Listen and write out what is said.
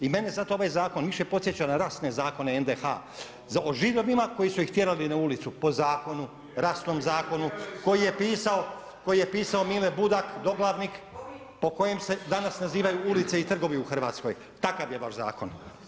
I mene ovaj zakon više podsjeća na rasne zakone NDH o Židovima koji su ih tjerali na ulicu po zakonu, rasnom zakonu koji je pisao Mile Budak doglavnik po kojem se danas nazivaju ulice i trgovi u Hrvatskoj, takav je vaš zakon.